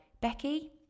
becky